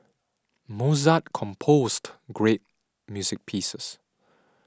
Mozart composed great music pieces